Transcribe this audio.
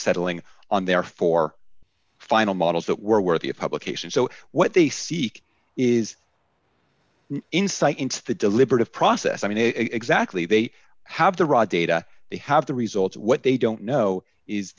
settling on their four final models that were worthy of publication so what they seek is insight into the deliberative process i mean a exactly they have the raw data they have the results what they don't know is